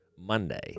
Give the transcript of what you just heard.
Monday